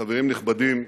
חברים נכבדים,